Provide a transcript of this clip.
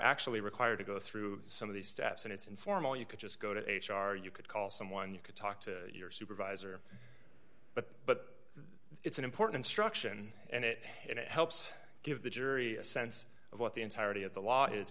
actually required to go through some of these steps and it's informal you could just go to h r you could call someone you could talk to your supervisor but but it's an important struction and it helps give the jury a sense of what the entirety of the law is